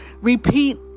repeat